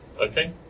Okay